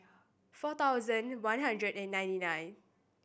four thousand one hundred and ninety nine